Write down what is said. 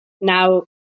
Now